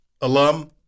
alum